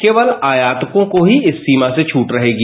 केवल आयातकों को इस सीमा से छूट रहेगी